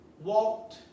walked